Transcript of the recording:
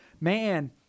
man